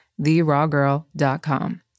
TheRawGirl.com